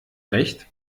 recht